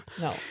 No